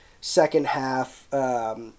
second-half